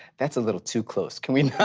that's a little too close. can we not